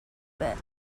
bit